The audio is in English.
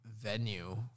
venue